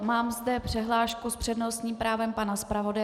Mám zde přihlášku s přednostním právem pana zpravodaje.